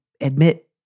admit